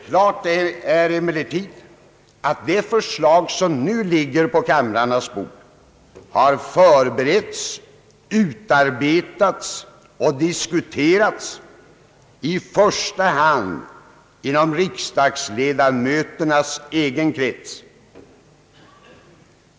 Klart är emellertid att det förslag som nu ligger vå kamrarnas bord har förberetts, utarbetats och diskuterats i första hand inom riksdagsledamöternas egen krets.